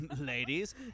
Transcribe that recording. ladies